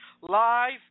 live